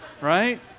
Right